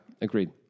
Agreed